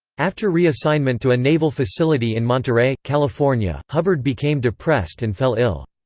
after reassignment to a naval facility in monterey, california, hubbard became depressed and fell ill.